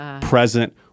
present